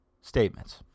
statements